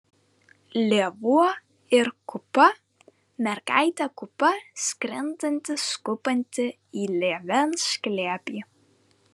lėvuo ir kupa mergaitė kupa skrendanti skubanti į lėvens glėbį